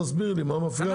תסביר לי מה מפריע לך.